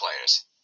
players